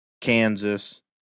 Kansas